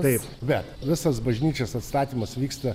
taip bet visas bažnyčios atstatymas vyksta